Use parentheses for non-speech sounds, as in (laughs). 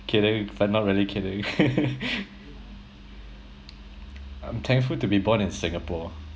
kidding but not really kidding (laughs) I'm thankful to be born in singapore